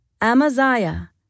Amaziah